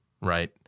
right